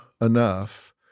enough